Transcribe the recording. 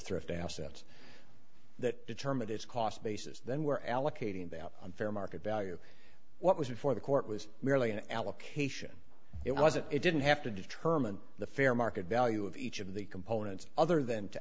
thrift assets that determine its cost basis then were allocating doubt on fair market value what was before the court was merely an allocation it wasn't it didn't have to determine the fair market value of each of the components other than to